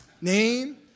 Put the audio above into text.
name